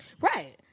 Right